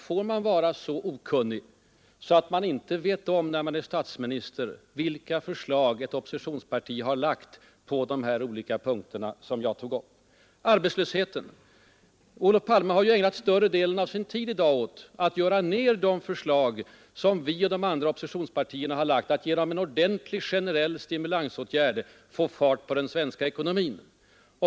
Får man som statsminister vara så okunnig att man inte känner till vilka förslag ett oppositionsparti framfört på de olika punkter jag tog upp? Arbetslösheten — ja, Olof Palme har ju ägnat större delen av sin tid i dag åt att göra ned de förslag som vi och de andra oppositionspartierna har framlagt. Vi vill genom en ordentlig generell stimulansåtgärd få fart på den svenska ekonomin.